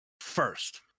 first